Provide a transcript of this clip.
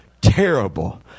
terrible